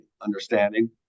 understanding